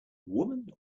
woman